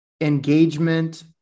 engagement